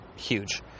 huge